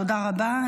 תודה רבה.